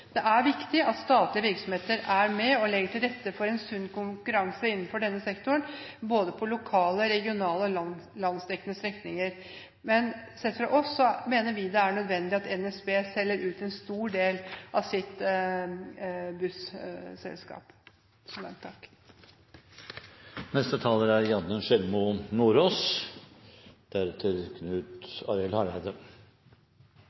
Det er viktig at statlige virksomheter er med på å legge til rette for en sunn konkurranse innenfor denne sektoren, både på lokale, regionale og landsdekkende strekninger. Men sett fra vår side mener vi det er nødvendig at NSB selger ut en stor del av sitt busselskap.